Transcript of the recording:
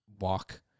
walk